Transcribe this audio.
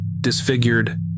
disfigured